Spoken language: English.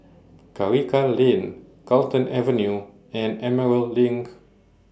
Karikal Lane Carlton Avenue and Emerald LINK